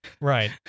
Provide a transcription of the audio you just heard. right